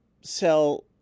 sell